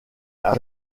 saint